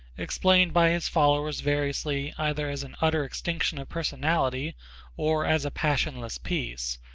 explained by his followers variously either as an utter extinction of personality or as a passionless peace,